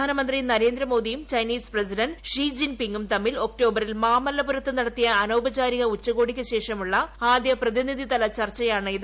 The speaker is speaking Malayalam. പ്രധാനമന്ത്രി ന്ളര്ട്രേന്ട്രമോദിയും ചൈനീസ് പ്രസിഡന്റ് ഷിജിൻ പിങും തമ്മിൽ ഒക്ടോബറ്റിൽ മ്യൂമല്ലപുരത്ത് നടത്തിയ അനൌപചാരിക ഉച്ചകോടിക്ക് ശ്രേഷ്മുള്ള് ആദ്യ പ്രതിനിധിതല ചർച്ചയാണിത്